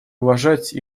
уважать